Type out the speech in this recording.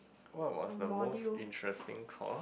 what was the most interesting course